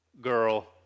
girl